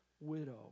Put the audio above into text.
widow